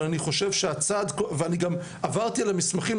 אבל אני חושב שהצעד ואני גם עברתי על המסמכים,